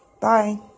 Bye